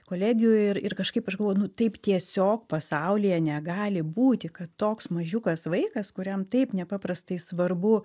kolegių ir ir kažkaip aš galvojau nu taip tiesiog pasaulyje negali būti kad toks mažiukas vaikas kuriam taip nepaprastai svarbu